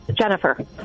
Jennifer